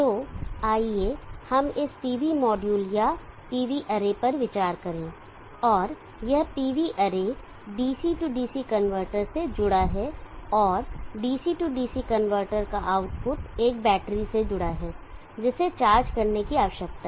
तो आइए हम इस PV मॉड्यूल या PV अरे पर विचार करें और यह PV array DC DC converter से जुड़ा है और DC DC कनवर्टर का आउटपुट एक बैटरी से जुड़ा है जिसे चार्ज करने की आवश्यकता है